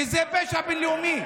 כי זה פשע בין-לאומי.